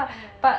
ya